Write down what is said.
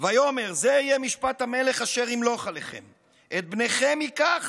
"ויאמר זה יהיה משפט המלך אשר ימלך עליכם את בניכם יקח